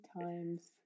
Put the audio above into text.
times